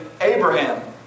Abraham